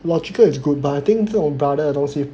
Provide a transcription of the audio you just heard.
logical is good but 这种 brother 的东西